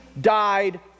died